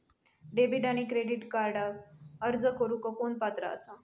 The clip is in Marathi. डेबिट आणि क्रेडिट कार्डक अर्ज करुक कोण पात्र आसा?